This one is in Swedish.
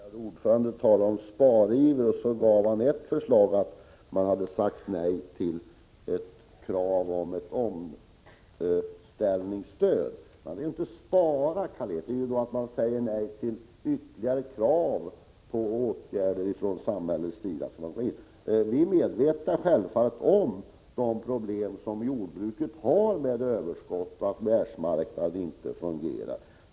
Herr talman! Utskottets ordförande talar om spariver, och som exempel nämner han att man har sagt nej till ett krav på omställningsstöd. Det är inte att spara, Karl Erik Olsson, utan det är att säga nej till ytterligare krav på åtgärder från samhällets sida. Vi är självfallet medvetna om de problem som jordbruket har med överskott och att världsmarknaden inte fungerar.